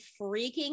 freaking